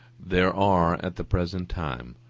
there are, at the present time,